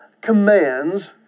commands